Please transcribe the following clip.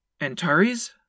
Antares